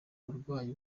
abarwayi